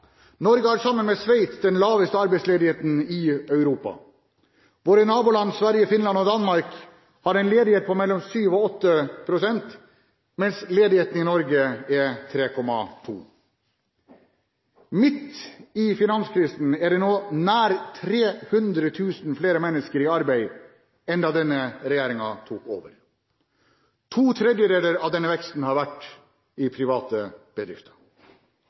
Norge har sammen med Sveits den laveste arbeidsledigheten i Europa. Våre naboland Sverige, Finland og Danmark har en ledighet på mellom 7 pst. og 8 pst., mens ledigheten i Norge er på 3,2 pst. Midt i finanskrisen er det nå nær 300 000 flere mennesker i arbeid enn det var da denne regjeringen tok over. To tredjedeler av denne veksten har vært i private bedrifter.